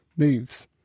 moves